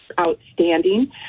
outstanding